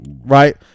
right